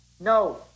No